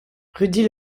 rudi